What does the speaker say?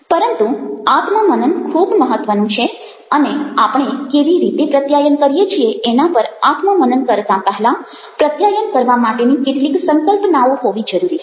પરંતુ આત્મ મનન ખૂબ મહત્વનું છે અને આપણી કેવી રીતે પ્રત્યાયન કરીએ છીએ એના પર આત્મ મનન કરતાં પહેલાં પ્રત્યાયન કરવા માટેની કેટલીક સંકલ્પનાઓ હોવી જરૂરી છે